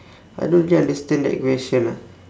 I don't really understand that question ah